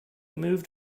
moved